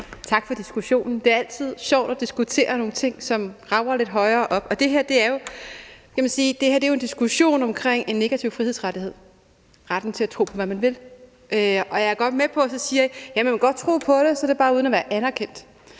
tak for diskussionen. Det er altid sjovt at diskutere nogle ting, som rager lidt højere op, og det her er jo en diskussion om en negativ frihedsrettighed, retten til at tro på, hvad man vil. Jeg er med på, at I siger, at man godt må tro på det, og så er det bare uden at være anerkendt.